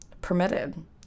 permitted